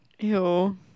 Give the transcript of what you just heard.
Ew